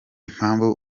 impamvu